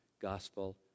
gospel